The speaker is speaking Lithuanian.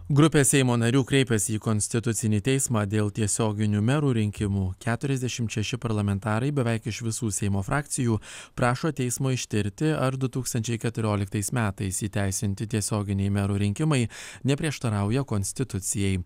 grupė seimo narių kreipėsi į konstitucinį teismą dėl tiesioginių merų rinkimų keturiasdešimt šeši parlamentarai beveik iš visų seimo frakcijų prašo teismo ištirti ar du tūkstančiai keturioliktais metais įteisinti tiesioginiai merų rinkimai neprieštarauja konstitucijai